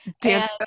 Dance